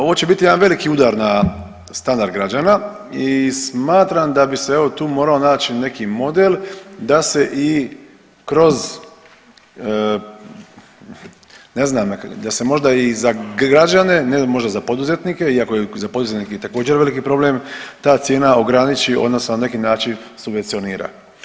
Ovo će biti jedan veliki udar na standard građana i smatram da bi se, evo, tu morao naći neki model da se i kroz, ne znam, da se možda i za građane, ne znam, možda za poduzetnike iako je za poduzetnike također, veliki problem ta cijena ograniči odnosno na neki način subvencionira.